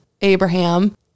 Abraham